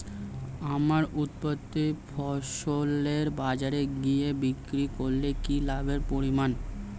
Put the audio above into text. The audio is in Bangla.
আমার উৎপাদিত ফসল ফলে বাজারে গিয়ে বিক্রি করলে কি লাভের পরিমাণ?